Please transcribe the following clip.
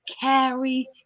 carry